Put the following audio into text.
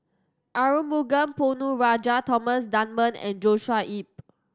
Arumugam Ponnu Rajah Thomas Dunman and Joshua Ip